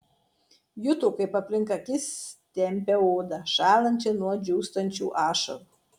juto kaip aplink akis tempia odą šąlančią nuo džiūstančių ašarų